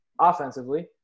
Offensively